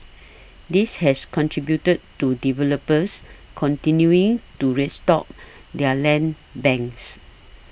this has contributed to developers continuing to restock their land banks